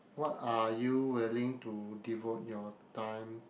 what are you willing to devote your time